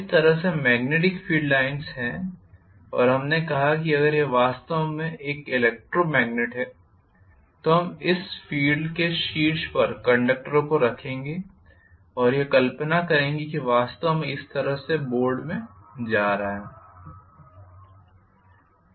इस तरह से मेग्नेटिक फील्ड लाइन्स हैं और हमने कहा कि अगर यह वास्तव में एक इलेक्ट्रो मॅगनेट है तो हम इस फील्ड के शीर्ष पर कंडक्टरों को रखेंगे और यह कल्पना करेंगे कि वास्तव में इस तरह से बोर्ड में जा रहा है